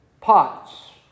pots